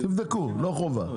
תבדקו לא חובה,